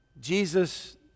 Jesus